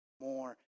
more